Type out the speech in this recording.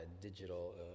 digital